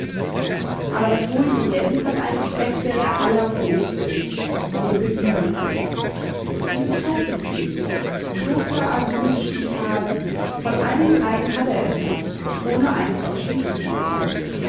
aber das ruhige gent hat einen fleck der der allerruhigste ist den beginenhof wie bezeichn ich ihn kloster asyl spital von allen dreien ist er etwas ohne eines ausschließlich zu sein